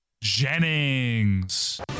jennings